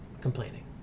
complaining